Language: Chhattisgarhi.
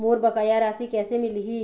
मोर बकाया राशि कैसे मिलही?